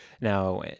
Now